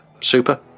super